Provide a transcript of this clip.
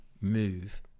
move